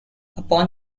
upon